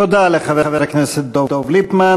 תודה לחבר הכנסת דב ליפמן.